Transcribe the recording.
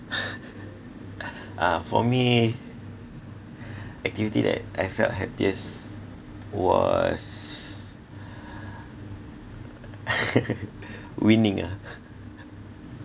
uh for me activity that I felt happiest was winning ah